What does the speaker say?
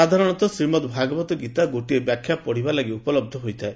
ସାଧାରଣତ ଶ୍ରୀମଦ୍ ଭଗବତ୍ ଗୀତା ଗୋଟିଏ ବାଖ୍ୟା ସହିତ ପଢ଼ିବା ଲାଗି ଉପଲହ୍ଧ ହୋଇଥାଏ